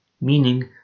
Meaning